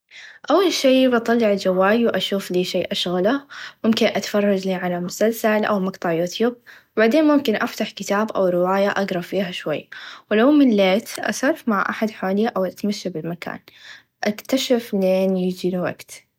أول شئ بطلع الچوال و بشوفلي شئ أشغله ممكن أتفرچلي على مسلسل أو مقتع يوتيوب و بعدين ممكن أفتح كتاب أو روايه أقرأ فيها شوى و لو مليت أسولف مع حد حواليا أو أتمشى بالمكان أكتشف لين يچي الوقت.